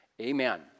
Amen